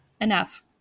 enough